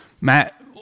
Matt